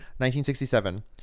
1967